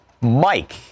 Mike